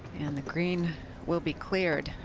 and the green will be cleared.